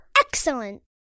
Excellent